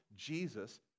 jesus